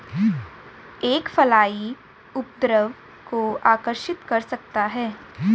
एक फ्लाई उपद्रव को आकर्षित कर सकता है?